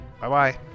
Bye-bye